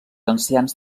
ancians